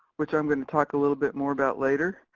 which i'm gonna talk a little bit more about later,